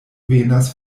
venas